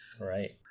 Right